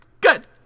Good